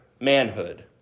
manhood